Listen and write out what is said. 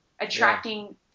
Attracting